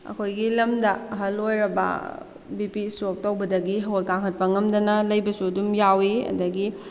ꯑꯩꯈꯣꯏꯒꯤ ꯂꯝꯗ ꯑꯍꯜ ꯑꯣꯏꯔꯕ ꯕꯤ ꯄꯤ ꯁ꯭ꯇꯔꯣꯛ ꯇꯧꯕꯗꯒꯤ ꯍꯧꯒꯠ ꯀꯥꯡꯈꯠꯄ ꯉꯝꯗꯅ ꯂꯩꯕꯁꯨ ꯑꯗꯨꯝ ꯌꯥꯎꯏ ꯑꯗꯒꯤ